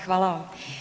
Hvala vam.